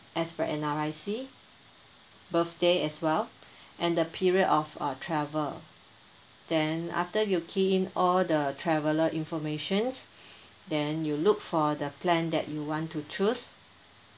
as per N_R_I_C birthday as well and the period of uh travel then after you key in all the traveller informations then you look for the plan that you want to choose